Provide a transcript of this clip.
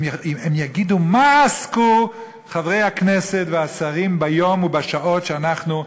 הם יגידו: במה עסקו חברי הכנסת והשרים ביום ובשעות שאנחנו,